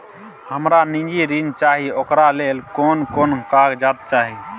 हमरा निजी ऋण चाही ओकरा ले कोन कोन कागजात चाही?